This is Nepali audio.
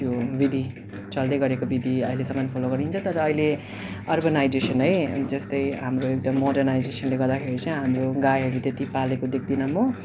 त्यो विधि चल्दै गरेको विधि अहिलेसम्म फलो गरिन्छ तर आहिले अर्बनाइजेसन है जस्तै हाम्रो एकदम मोडनाइजेसनले गर्दाखेरि चाहिँ हाम्रो गाईहरू त्यति पालेको देख्दिनँ म